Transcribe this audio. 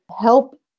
help